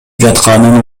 жатканын